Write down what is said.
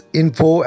info